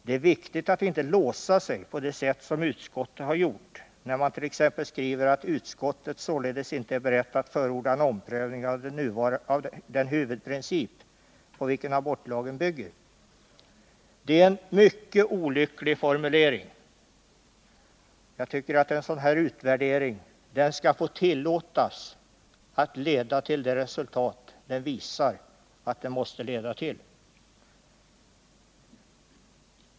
Det är viktigt att inte låsa sig på det sätt som utskottet har gjort när man t.ex. skriver att ”utskottet således inte är berett att förorda en omprövning av den huvudprincip på vilken abortlagen bygger”. Det är en mycket olycklig formulering. Jag tycker att en sådan här utvärdering skall tillåtas att leda till det resultat den visar att den måste leda till.